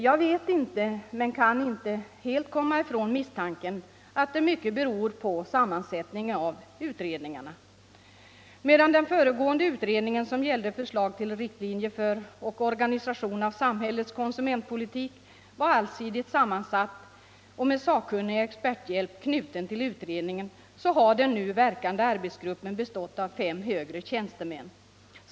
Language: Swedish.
Jag vet inte, men jag kan inte helt komma ifrån misstanken att detta mycket beror på sammansättningen av utredningarna. Medan den fö regående utredningen, som gällde förslag till riktlinjer för och organisation av samhällets konsumentpolitik, var allsidigt sammansatt och hade sakkunnig experthjälp anknuten, har den nu verkande arbetsgruppen bestått av fem högre tjänstemän.